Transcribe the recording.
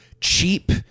cheap